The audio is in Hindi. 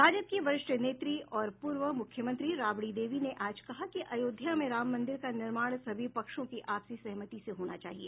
राजद की वरिष्ठ नेत्री और पूर्व मुख्यमंत्री राबड़ी देवी ने आज कहा कि अयोध्या में राम मंदिर का निर्माण सभी पक्षों की आपसी सहमति से होना चाहिए